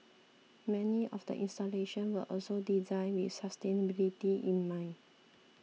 many of the installation were also designed with sustainability in mind